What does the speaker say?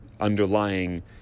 underlying